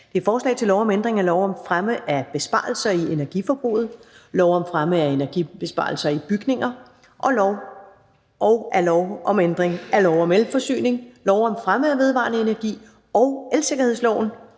L 156: Forslag til lov om ændring af lov om fremme af besparelser i energiforbruget, lov om fremme af energibesparelser i bygninger og af lov om ændring af lov om elforsyning, lov om fremme af vedvarende energi og elsikkerhedsloven